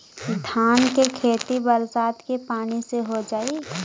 धान के खेती बरसात के पानी से हो जाई?